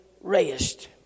rest